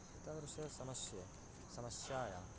एतादृशसमस्ये समस्यायां